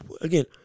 again